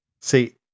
see